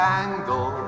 angle